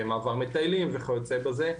מעבר מטיילים וכיוצא בזה.